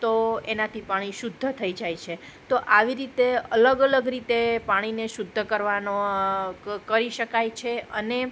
તો એનાથી પાણી શુદ્ધ થઈ જાય છે તો આવી રીતે અલગ અલગ રીતે પાણીને શુદ્ધ કરવાનો કરી શકાય છે અને